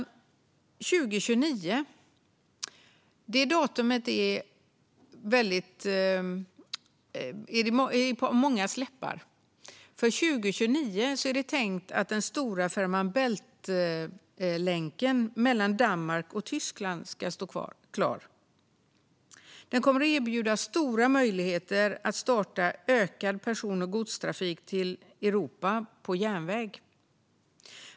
År 2029 är ett årtal som är på mångas läppar, för då är det tänkt att den stora Fehmarn Bält-länken mellan Danmark och Tyskland ska stå klar. Den kommer att erbjuda stora möjligheter att öka person och godstrafiken till Europa på järnväg.